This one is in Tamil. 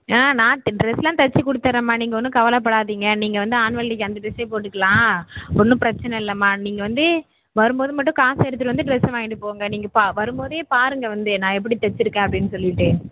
ஆ நா டு ட்ரெஸ்லாம் தச்சுக் கொடுத்துறேம்மா நீங்கள் ஒன்றும் கவலை படாதிங்க நீங்கள் வந்து ஆனுவல் டேக்கு அந்த ட்ரெஸ்ஸே போட்டுக்கலாம் ஒன்றும் பிரச்சனை இல்லைமா நீங்கள் வந்து வரும்போது மட்டும் காசு எடுத்துகிட்டு வந்து டிரெஸ்ஸை வாய்ண்ட்டு போங்க நீங்கள் பா வரும்போதே பாருங்கள் வந்து நான் எப்படி தச்சுருக்கேன் அப்படின் சொல்லிட்டு